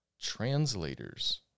translators